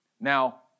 Now